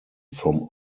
from